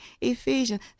Ephesians